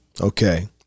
okay